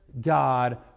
God